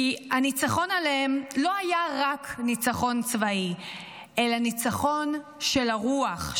כי הניצחון עליהם לא היה רק ניצחון צבאי אלא ניצחון של הרוח,